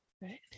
right